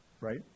right